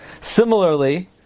Similarly